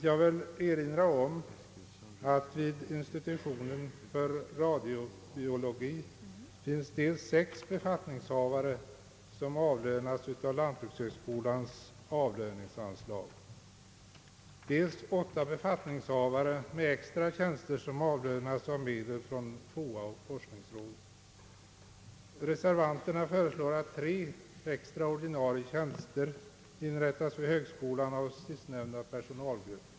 Jag vill erinra om att vid institutionen för radiobiologi finns dels sex befattningshavare som avlönas av lantbrukshögskolans avlöningsanslag, dels åtta befattningshavare med extra tjänster vilka avlönas av medel från FOA. Reservanterna föreslår att tre extra ordinarie tjänster inrättas vid högskolan av sistnämnda personalgrupp.